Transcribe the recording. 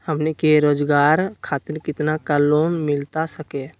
हमनी के रोगजागर खातिर कितना का लोन मिलता सके?